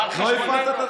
מהתחלה, לא הפעלת.